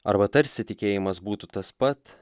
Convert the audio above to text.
arba tarsi tikėjimas būtų tas pat